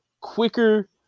quicker